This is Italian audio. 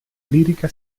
lirica